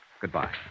Goodbye